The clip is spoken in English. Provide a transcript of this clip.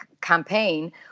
campaign